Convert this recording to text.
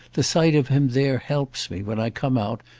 the sight of him there helps me, when i come out,